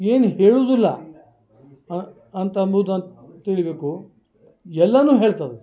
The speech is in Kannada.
ಏನು ಹೇಳುವುದಿಲ್ಲ ಅಂತ ಅಂಬುದನ್ನು ತಿಳಿಯಬೇಕು ಎಲ್ಲನೂ ಹೇಳ್ತದದು